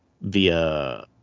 via